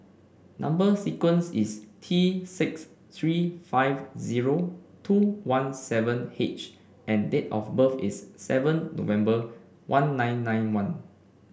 number sequence is T six three five zero two one seven H and date of birth is seven November one nine nine one